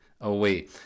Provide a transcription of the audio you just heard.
away